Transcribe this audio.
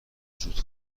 وجود